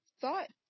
thought